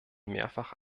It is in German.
mehrfach